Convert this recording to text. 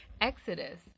Exodus